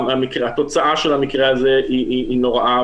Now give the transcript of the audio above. התוצאה של המקרה הזה היא נוראה,